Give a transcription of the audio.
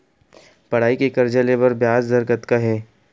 पढ़ई के कर्जा ले बर ब्याज दर कतका हे?